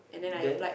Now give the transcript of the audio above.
then